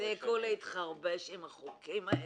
תפסיקו להתחרבש עם החוקים האלה.